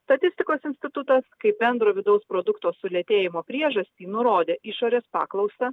statistikos institutas kaip bendro vidaus produkto sulėtėjimo priežastį nurodė išorės paklausą